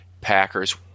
Packers